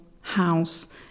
house